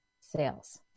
sales